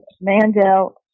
Mandel